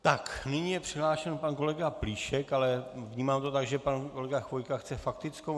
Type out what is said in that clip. Nyní je přihlášen pan kolega Plíšek, ale vnímám to tak, že pan kolega Chvojka chce faktickou?